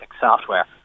software